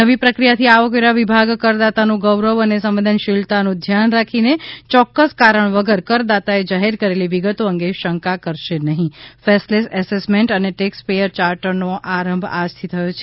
નવી પ્રક્રિયાથી આવકવેરા વિભાગ કરદાતાનું ગૌરવ અને સંવેદનશીલતાનું ધ્યાન રાખીને ચોક્કસ કારણ વગર કરદાતાએ જાહેર કરેલી વિગતો અંગે શંકા કરશે નહ્રિ ફેસલેસ એસેસમેન્ટ અને ટેક્સપેયર ચાર્ટરનો આરંભ આજથી થયો છે